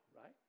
right